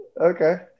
Okay